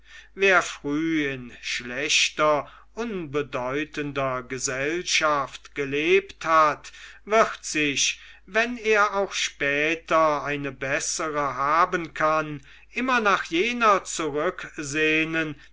wer früh in schlechter unbedeutender gesellschaft gelebt hat wird sich wenn er auch später eine bessere haben kann immer nach jener zurücksehnen